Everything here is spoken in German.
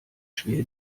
schwer